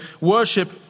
worship